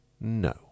No